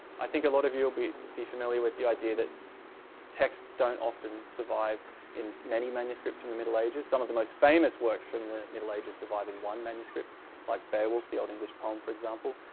i think a lot of you will be be familiar with the idea that texts don't often survive in many manuscripts from the middle ages. some of the most famous works from the middle ages survived in one manuscript like beowulf, the old english poem for example.